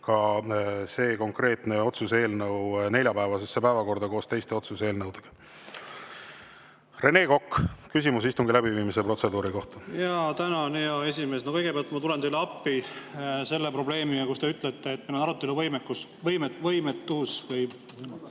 ka see konkreetne otsuse eelnõu neljapäevasesse päevakorda koos teiste otsuse eelnõudega. Rene Kokk, küsimus istungi läbiviimise protseduuri kohta. Tänan, hea esimees! Kõigepealt ma tulen teile appi selle probleemi puhul, et te ütlesite, et meil on arutelu võimatus,